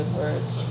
words